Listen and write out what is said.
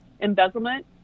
embezzlement